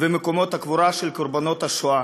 ומקומות קבורה של קורבנות השואה